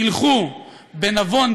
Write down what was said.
ילכו בנבון,